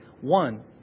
One